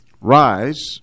Rise